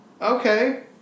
Okay